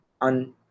on